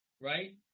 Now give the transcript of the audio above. right